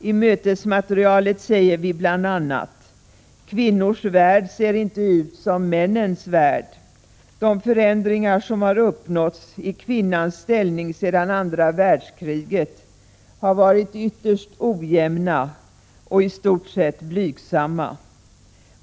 I mötesmaterialet säger vi bl.a.: ”Kvinnors värld ser inte ut som männens värld. De förändringar som har uppnåtts i kvinnans ställning sedan andra världskriget har varit ytterst ojämna och i stort sett blygsamma.